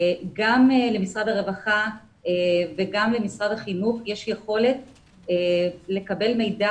גם למשרד הרווחה וגם למשרד החינוך יש יכולת לקבל מידע